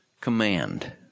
command